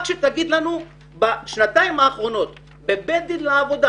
רק שתגיד לנו בשנתיים האחרונות בבית הדין לעבודה,